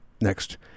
next